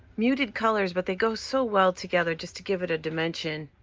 muted colors, but they go so well together just to give it a dimension.